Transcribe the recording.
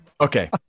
Okay